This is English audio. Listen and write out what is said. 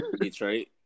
Detroit